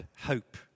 hope